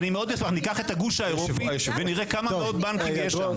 אני אקח את הגוף האירופי ונראה כמה מאות בנקים יש שם.